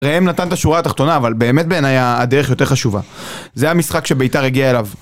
ראם נתן את השורה התחתונה אבל באמת בעיניי הדרך היותר חשובה זה המשחק שביתר הגיע אליו